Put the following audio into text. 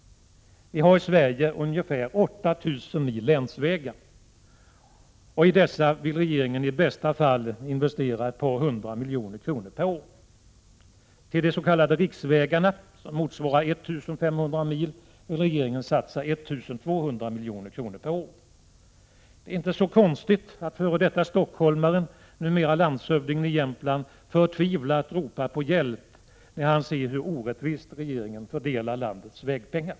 Vi hari Sverige ungefär 8 000 mil länsvägar, och i dessa vill regeringen i bästa fall investera ett par hundra miljoner kronor per år. Till de s.k. riksvägarna, som motsvarar 1 500 mil, vill regeringen satsa 1 200 milj.kr. per år. Det är inte så konstigt att den f.d. stockholmare som numera är landshövding i Jämtland förtvivlat ropar på hjälp, när han ser hur orättvist regeringen fördelar landets vägpengar.